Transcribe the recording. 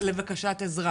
עזרה?